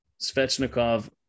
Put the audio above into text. Svechnikov